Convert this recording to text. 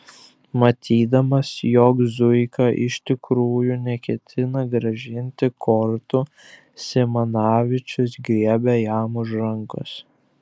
matydamas jog zuika iš tikrųjų neketina grąžinti kortų simanavičius griebė jam už rankos